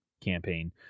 campaign